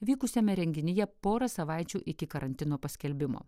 vykusiame renginyje porą savaičių iki karantino paskelbimo